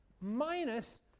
minus